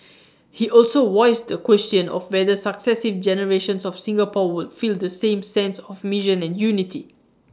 he also voiced the question of whether successive generations of Singapore would feel the same sense of mission and unity